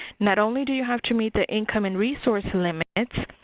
not only do you have to meet the income and resource limits,